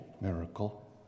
miracle